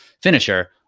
finisher